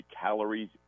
calories